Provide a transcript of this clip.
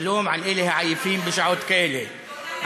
שלום על אלה העייפים בשעות כאלה.